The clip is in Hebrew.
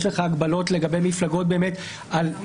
יש לך הגבלות לגבי מפלגות על פעולות